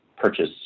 purchase